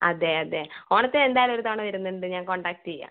അതെ അതെ ഓണത്തിന് എന്തായാലും ഒരു തവണ വരുന്നുണ്ട് ഞാൻ കോൺടാക്ട് ചെയ്യാം